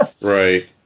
right